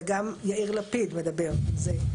וגם יאיר לפיד מדבר על זה,